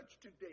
today